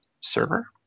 server